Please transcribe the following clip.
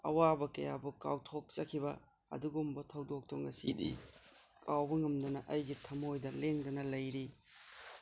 ꯑꯋꯥꯕ ꯀꯌꯥꯕꯨ ꯀꯥꯎꯊꯣꯛꯆꯈꯤꯕ ꯑꯗꯨꯒꯨꯝꯕ ꯊꯧꯗꯣꯛꯇꯣ ꯉꯁꯤꯗꯤ ꯀꯥꯎꯕ ꯉꯝꯗꯅ ꯑꯩꯒꯤ ꯊꯃꯣꯏꯗ ꯂꯦꯡꯗꯅ ꯂꯩꯔꯤ